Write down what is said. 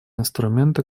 инструменты